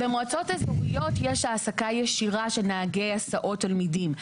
במועצות אזוריות יש העסקה ישירה של נהגי הסעות תלמידים,